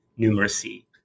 numeracy